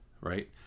right